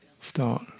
start